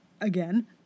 Again